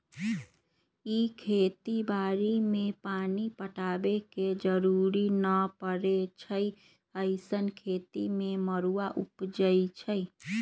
इ खेती बाड़ी में पानी पटाबे के जरूरी न परै छइ अइसँन खेती में मरुआ उपजै छइ